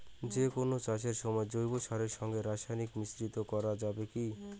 যে কোন চাষের সময় জৈব সারের সঙ্গে রাসায়নিক মিশ্রিত করা যাবে কি?